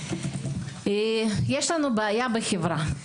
יש לנו בעיה בחברה.